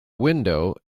window